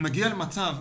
הופכים